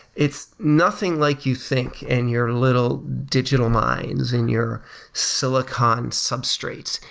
it's nothing like you think in your little digital minds, in your silicon substrates.